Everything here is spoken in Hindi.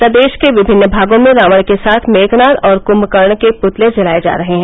प्रदेश के विमिन्न भागों में रावण के साथ मेघनाद और क्मकरण के प्तत्ते जलाए जा रहे हैं